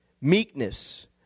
meekness